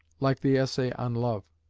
like the essay on love.